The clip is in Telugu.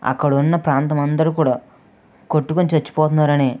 అక్కడున్న ప్రాంతం అందరూ కూడా కొట్టుకొని చచ్చిపోతున్నారనే